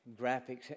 graphics